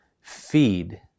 feed